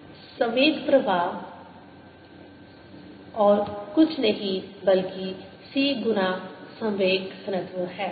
c2MLT 1L3 संवेग प्रवाह और कुछ नहीं बल्कि c गुना संवेग घनत्व है